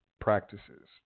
practices